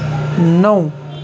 نَو